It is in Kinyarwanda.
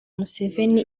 museveni